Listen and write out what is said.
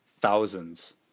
thousands